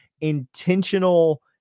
intentional